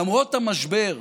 למרות המשבר,